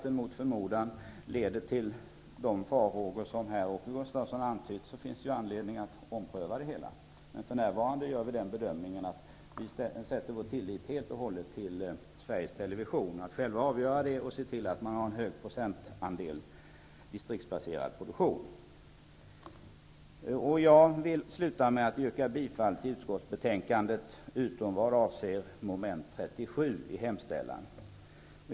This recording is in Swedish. Om det mot förmodan visar sig leda till de farhågor som Åke Gustavsson gett uttryck för, finns det anledning att ompröva det. Men för närvarande gör vi bedömningen att vi kan sätta vår tillit helt och hållet till att man på Sveriges Television själv kan avgöra detta och se till att man har en hög procentandel distriktsbaserad produktion. Jag yrkar bifall till hemställan i utskottets betänkande utom vad avser mom. 37.